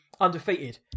undefeated